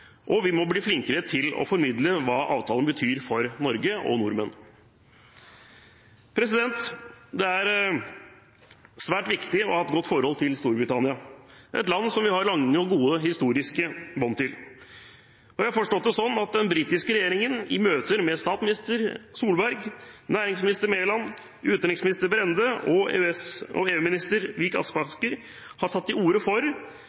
og vi må bli flinkere til å formidle hva avtalen betyr for Norge og nordmenn. Det er svært viktig å ha et godt forhold til Storbritannia, et land vi har lange og gode historiske bånd til. Jeg har forstått at den britiske regjeringen i møter med statsminister Solberg, næringsminister Mæland, utenriksminister Brende og EØS- og EU-minister Vik Aspaker har tatt til orde for